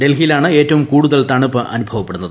ഡൽഹിയിലാണ് ഏറ്റവും കൂടുതൽ തണുപ്പ് അനുഭവപ്പെടുന്നത്